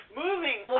moving